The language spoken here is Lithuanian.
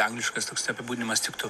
angliškas toks apibūdinimas tiktų